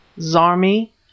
Zarmi